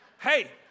Hey